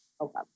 okay